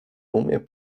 umie